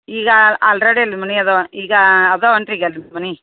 ಈಗ ಆಲ್ರೆಡಿ ಅಲ್ಲಿ ಮನೆ ಇದಾವ ಈಗ ಇದಾವನ್ ರೀ ಈಗ ಅಲ್ಲಿ ಮನೆ